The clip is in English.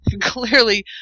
clearly